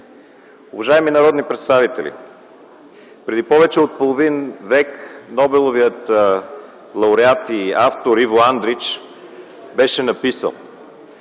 Уважаеми народни представители, преди повече от половин век Нобеловият лауреат и автор Иво Андрич беше написал: